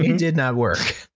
i mean did not work.